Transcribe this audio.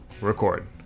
record